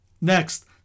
Next